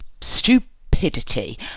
stupidity